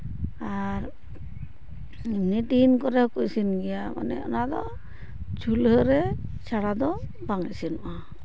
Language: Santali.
ᱟᱨ ᱮᱢᱱᱤ ᱫᱤᱱ ᱠᱚᱨᱮ ᱦᱚᱸᱠᱚ ᱤᱥᱤᱱ ᱜᱮᱭᱟ ᱢᱟᱱᱮ ᱚᱱᱟ ᱫᱚ ᱪᱷᱩᱞᱟᱹᱣ ᱨᱮ ᱪᱷᱟᱲᱟ ᱫᱚ ᱵᱟᱝ ᱤᱥᱤᱱᱚᱜᱼᱟ